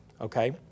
Okay